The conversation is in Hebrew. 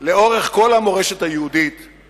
אלפי שקלים על המועצה כתוצאה